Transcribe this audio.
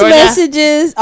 messages